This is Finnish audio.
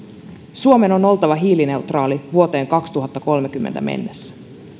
suomen on oltava hiilineutraali vuoteen kaksituhattakolmekymmentä mennessä